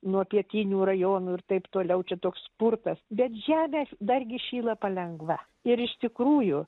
nuo pietinių rajonų ir taip toliau čia toks spurtas bet žemė dargi šyla palengva ir iš tikrųjų